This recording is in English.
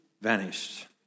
vanished